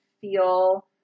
feel